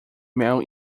mel